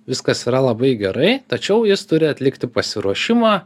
viskas yra labai gerai tačiau jis turi atlikti pasiruošimą